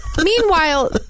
Meanwhile